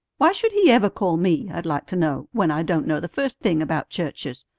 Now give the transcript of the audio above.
why should he ever call me, i'd like to know, when i don't know the first thing about churches?